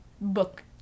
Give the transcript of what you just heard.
book